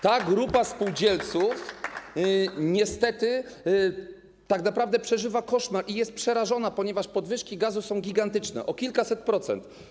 Ta grupa spółdzielców niestety tak naprawdę przeżywa koszmar i jest przerażona, ponieważ podwyżki gazu są gigantyczne, o kilkaset procent.